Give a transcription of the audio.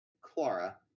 Clara